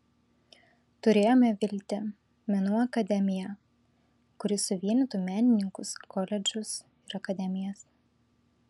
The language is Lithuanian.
turėjome viltį menų akademiją kuri suvienytų menininkus koledžus ir akademijas